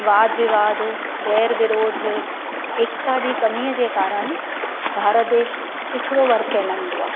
वाद विवाद वेरु विरोध एकता जी कमीअ जे कारणु भारत देश पिछिड़ो वर्ग कहलाईंदो आहे